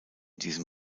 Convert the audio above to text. diesem